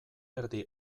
erdi